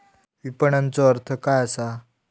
विपणनचो अर्थ काय असा?